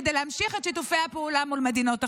כדי להמשיך את שיתופי הפעולה מול מדינות אחרות.